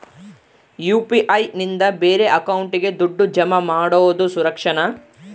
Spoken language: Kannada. ಯು.ಪಿ.ಐ ನಿಂದ ಬೇರೆ ಅಕೌಂಟಿಗೆ ದುಡ್ಡು ಜಮಾ ಮಾಡೋದು ಸುರಕ್ಷಾನಾ?